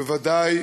ובוודאי